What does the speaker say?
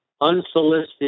unsolicited